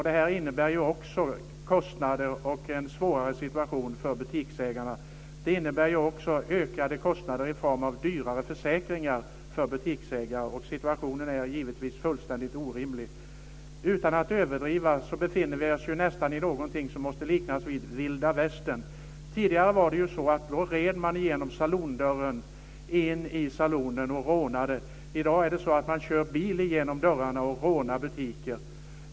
Det här innebär också kostnader och en svårare situation för butiksägarna. Det innebär också ökade kostnader i form av dyrare försäkringar för butiksägarna, och situationen är givetvis fullständigt orimlig. Utan att överdriva kan jag säga att vi nästan befinner oss i någonting som måste liknas vid vilda västern. Tidigare red man igenom saloondörren in i saloonen och rånade. I dag kör man bil igenom dörrarna och rånar butiker.